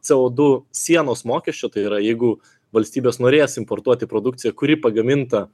c o du sienos mokesčio tai yra jeigu valstybės norės importuoti produkciją kuri pagaminta